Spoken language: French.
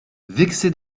vexé